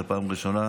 זאת פעם ראשונה.